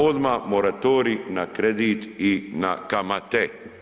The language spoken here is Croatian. Odmah moratorij na kredit i na kamate.